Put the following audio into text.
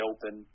Open